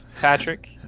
Patrick